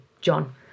john